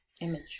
image